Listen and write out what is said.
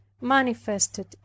manifested